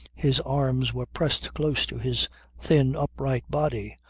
his arms were pressed close to his thin, upright body,